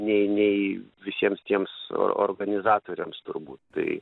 nei nei visiems tiems organizatoriams turbūt tai